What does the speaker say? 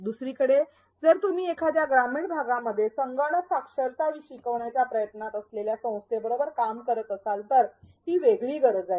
दुसरीकडे जर तुम्ही एखाद्या ग्रामीण भागामध्ये संगणक साक्षरता शिकविण्याच्या प्रयत्नात असलेल्या संस्थेबरोबर काम करत असाल तर ही वेगळी गरज आहे